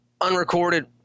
unrecorded